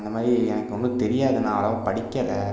இந்த மாதிரி எனக்கு ஒன்றும் தெரியாது நான் அவ்வளோவா படிக்கலை